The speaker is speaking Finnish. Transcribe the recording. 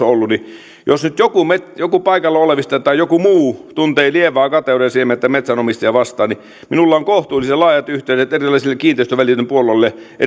ollut jos nyt joku paikalla olevista tai joku muu tuntee lievää kateuden siementä metsänomistajaa vastaan niin minulla on kohtuullisen laajat yhteydet kiinteistönvälityksen puolelle